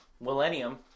Millennium